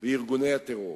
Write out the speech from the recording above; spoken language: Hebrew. וארגוני הטרור.